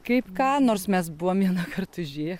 kaip ką nors mes buvom vienąkart užėję